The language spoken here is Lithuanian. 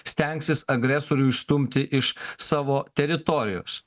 stengsis agresorių išstumti iš savo teritorijos